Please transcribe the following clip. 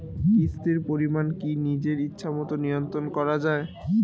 কিস্তির পরিমাণ কি নিজের ইচ্ছামত নিয়ন্ত্রণ করা যায়?